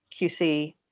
QC